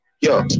yo